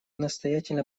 настоятельно